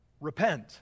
Repent